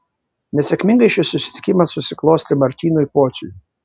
nesėkmingai šis susitikimas susiklostė martynui pociui